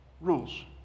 rules